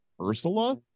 Ursula